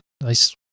Nice